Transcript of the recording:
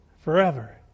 forever